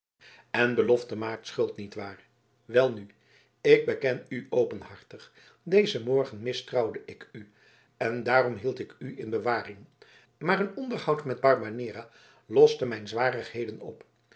en belofte maakt schuld nietwaar welnu ik beken u openhartig dezen morgen mistrouwde ik u en daarom hield ik u in bewaring maar een onderhoud met barbanera loste mijn zwarigheden op